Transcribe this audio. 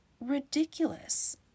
ridiculous